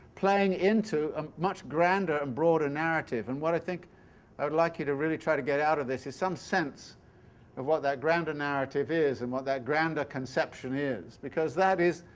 playing into a um much grander and broader narrative, and what i think i'd like you to really try to get out of this, is some sense of what that grander narrative is, and what that grander conception is, because that is,